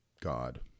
God